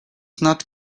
not